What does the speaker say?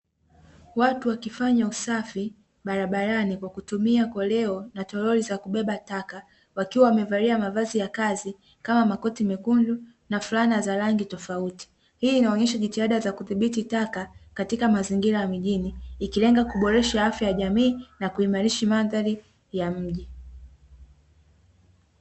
Watu wakifanya usafi barabarani kwa kutumia koleo na toroli za kubeba taka wakiwa wamevalia mavazi ya kazi kama makoti mekundu na flana za rangi tofauti. Hii inaonyesha jitihada za kudhibiti taka katika mazingira ya mijini ikilenga kuboresha afya ya jamii na kuhimarisha mandhari ya mji.